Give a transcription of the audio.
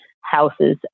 houses